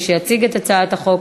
מי שיציג את הצעת החוק,